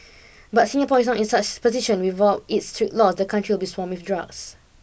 but Singapore is not in such a position without its strict laws the country would be swamped with drugs